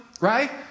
right